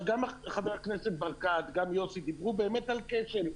גם חבר הכנסת ברקת, גם יוסי, דיברו על כשל.